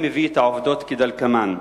אני מביא את העובדות כדלקמן: